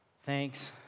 thanks